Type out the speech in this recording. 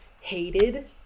hated